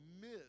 miss